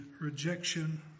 rejection